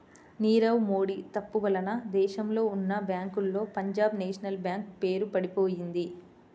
నీరవ్ మోడీ తప్పు వలన దేశంలో ఉన్నా బ్యేంకుల్లో పంజాబ్ నేషనల్ బ్యేంకు పేరు పడిపొయింది